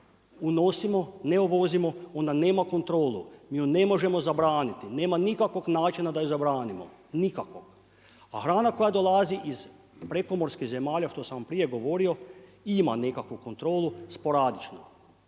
unosimo, ne uvozimo, ona nema kontrolu, mi ju ne možemo zabraniti. Nema nikakvog načina da ju zabranimo. Nikakvog. A hrana koja dolazi iz prekomorskih zemalja, što sam vam prije govorio, ima nekakvu kontrolu sporadično.